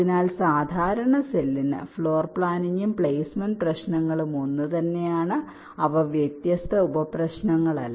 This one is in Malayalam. അതിനാൽ സാധാരണ സെല്ലിന് ഫ്ലോർ പ്ലാനിംഗും പ്ലേസ്മെന്റ് പ്രശ്നങ്ങളും ഒന്നുതന്നെയാണ് അവ വ്യത്യസ്ത ഉപപ്രശ്നങ്ങളല്ല